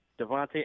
Devontae